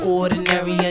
ordinary